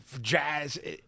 jazz